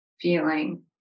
feeling